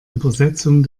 übersetzung